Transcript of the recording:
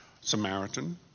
Samaritan